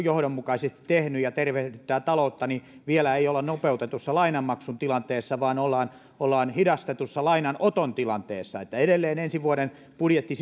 johdonmukaisesti tehnyt ja tervehdyttää taloutta vielä ei olla nopeutetun lainanmaksun tilanteessa vaan ollaan ollaan hidastetun lainanoton tilanteessa edelleen ensi vuoden budjetti